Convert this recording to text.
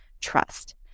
trust